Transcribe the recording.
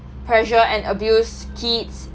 pressure and abuse kids